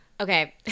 Okay